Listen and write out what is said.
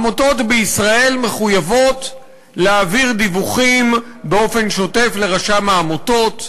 עמותות בישראל מחויבות להעביר דיווחים באופן שוטף לרשם העמותות,